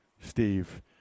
Steve